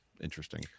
interesting